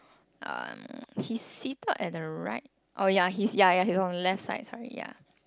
um he's seated at the right oh ya he's ya ya he's on the left side sorry ya